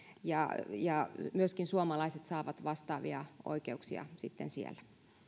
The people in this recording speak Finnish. ja ja myöskin suomalaiset saavat vastaavia oikeuksia siellä